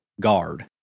guard